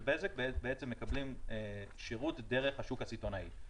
בזק מקבלים שירות דרך השוק הסיטונאי.